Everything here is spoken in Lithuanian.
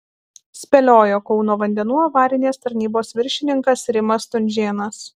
spėliojo kauno vandenų avarinės tarnybos viršininkas rimas stunžėnas